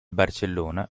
barcellona